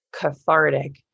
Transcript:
cathartic